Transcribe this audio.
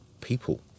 people